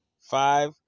five